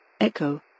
Echo